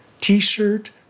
t-shirt